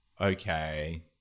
okay